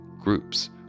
Groups